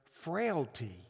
frailty